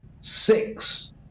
six